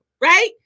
right